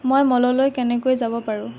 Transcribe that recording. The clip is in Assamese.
মই ম'ললৈ কেনেকৈ যাব পাৰোঁ